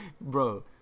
bro